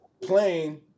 playing